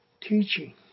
teaching